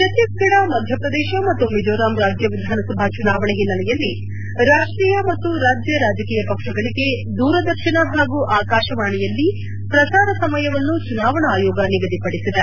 ಛತ್ನೀಸ್ಗಢ ಮಧ್ಯಪ್ರದೇಶ ಮತ್ತು ಮಿಝೋರಾಮ್ ರಾಜ್ನ ವಿಧಾನಸಭಾ ಚುನಾವಣೆ ಹಿನೈಲೆಯಲ್ಲಿ ರಾಷ್ಟೀಯ ಮತ್ತು ರಾಜ್ಯ ರಾಜಕೀಯ ಪಕ್ಷಗಳಿಗೆ ದೂರದರ್ಶನ ಮತ್ತು ಆಕಾಶವಾಣಿಯಲ್ಲಿ ಪ್ರಸಾರ ಸಮಯವನ್ನು ಚುನಾವಣಾ ಆಯೋಗ ನಿಗದಿಪಡಿಸಿದೆ